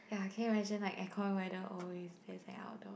ya can you imagine like aircon weather always that's like outdoors